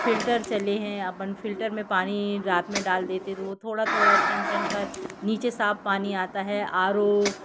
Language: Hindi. फ़िल्टर चले हैं अपन फ़िल्टर में पानी रात में डाल देते तो थोड़ा थोड़ा छन छन कर नीचे साफ़ पानी आता है आर ओ